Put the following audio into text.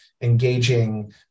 engaging